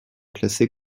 classés